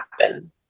happen